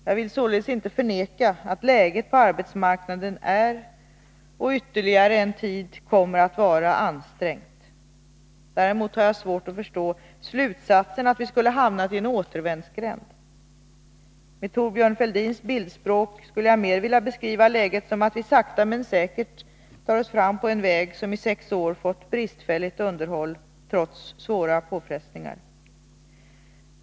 Jag vill således inte förneka att läget på arbetsmarknaden är och ytterligare en tid kommer att vara ansträngt. Däremot har jag svårt att förstå slutsatsen att vi skulle ha hamnat i en återvändsgränd. Med Thorbjörn Fälldins bildspråk skulle jag mer vilja beskriva läget som att vi sakta men säkert tar oss fram på en väg somi sex år fått bristfälligt underhåll trots svåra påfrestningar.